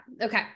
Okay